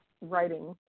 writing